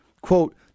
quote